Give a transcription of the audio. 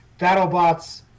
Battlebots